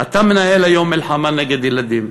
אתה מנהל היום מלחמה נגד ילדים.